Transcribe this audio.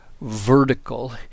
vertical